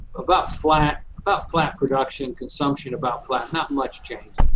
about flat about flat production, consumption about flat, not much change.